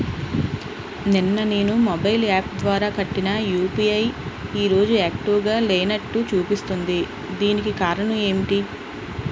నిన్న నేను mobile app ద్వారా కట్టిన యు.పి.ఐ ఈ రోజు యాక్టివ్ గా లేనట్టు చూపిస్తుంది దీనికి కారణం ఏమిటి?